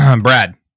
Brad